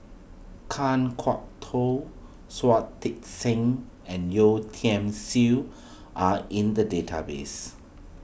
Kan Kwok Toh Shui Tit Sing and Yeo Tiam Siew are in the database